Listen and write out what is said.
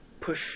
push